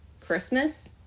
Christmas